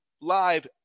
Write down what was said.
live